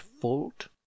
fault